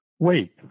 Wait